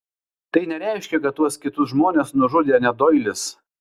tai nereiškia kad tuos kitus žmones nužudė ne doilis